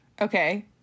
Okay